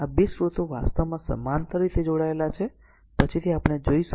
તેથી આ બે સ્રોતો વાસ્તવમાં સમાંતર રીતે જોડાયેલા છે પછીથી આપણે જોઈશું